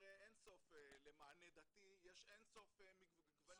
למענה דתי יש אינסוף גוונים.